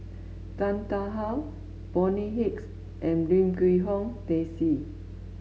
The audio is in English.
Tan Tarn How Bonny Hicks and Lim Quee Hong Daisy